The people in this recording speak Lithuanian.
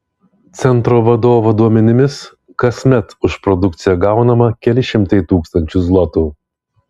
centro vadovo duomenimis kasmet už produkciją gaunama keli šimtai tūkstančių zlotų